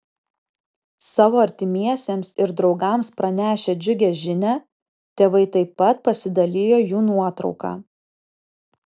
savo artimiesiems ir draugams pranešę džiugią žinią tėvai taip pat pasidalijo jų nuotrauka